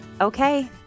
Okay